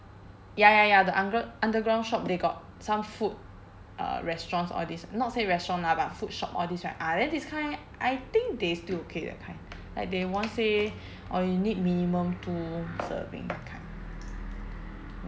ya ya ya the under~ underground shop they got some food uh restaurants all this not say restaurant lah but food shop all these right ah then this kind I think they still okay that kind like they won't say orh you need minimum two serving kind